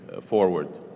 forward